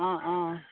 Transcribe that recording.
অঁ অঁ